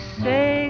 say